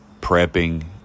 prepping